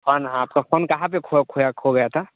phone हाँ आपका phone कहाँ पे खोया खो खो गया था